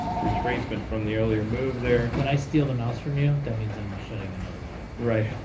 retracement from the earlier move there when i steal the mouse from you that means and shutting another window right